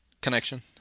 connection